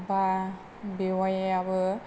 बा बेवाइआबो